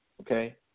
Okay